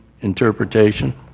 interpretation